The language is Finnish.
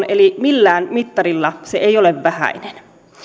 eli millään mittarilla se ei ole vähäinen